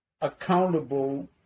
accountable